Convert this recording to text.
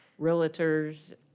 realtors